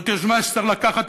זאת יוזמה שצריך לקחת,